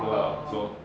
ya lah so